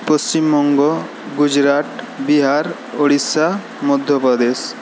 Paschimbanga Gujarat Bihar Odisha Madhya Pradesh